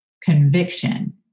conviction